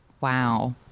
wow